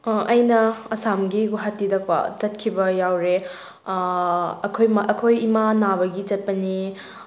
ꯑꯩꯅ ꯑꯁꯥꯝꯒꯤ ꯒꯨꯋꯥꯍꯥꯇꯤꯗ ꯀꯣ ꯆꯠꯈꯤꯕ ꯌꯥꯎꯔꯦ ꯑꯩꯈꯣꯏ ꯑꯩꯈꯣꯏ ꯏꯃꯥ ꯅꯥꯕꯒꯤ ꯆꯠꯄꯅꯤ